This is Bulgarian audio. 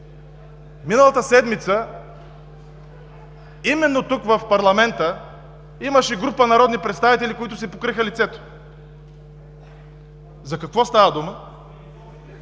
миналата седмица именно тук, в парламента, имаше група народни представители, които си покриха лицето. За какво става дума?